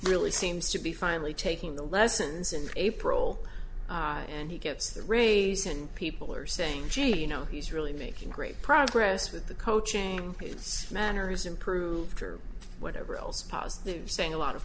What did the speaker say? really seems to be finally taking the lessons in april and he gets the raise and people are saying gee you know he's really making great progress with the coaching it's manners improved or whatever else positive saying a lot of